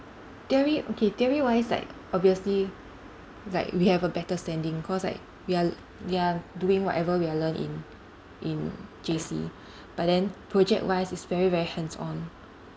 theory okay theory wise like obviously like we have a better standing cause like we are l~ we are doing whatever we are learn in in J_C but then project wise is very very hands on